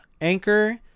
anchor